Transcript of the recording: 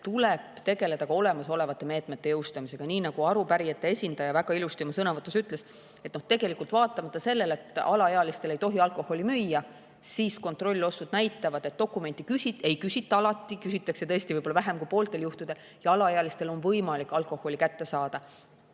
tuleb tegeleda olemasolevate meetmete jõustamisega. Nii nagu arupärijate esindaja väga ilusti oma sõnavõtus ütles, vaatamata sellele, et alaealistele ei tohi alkoholi müüa, näitavad kontrollostud, et tegelikult dokumenti alati ei küsita, küsitakse tõesti võib-olla vähem kui pooltel juhtudel ja alaealistel on võimalik alkoholi kätte saada.